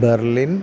Berlin